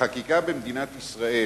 החקיקה במדינת ישראל